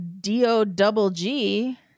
D-O-double-G